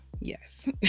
yes